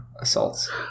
assaults